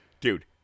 Dude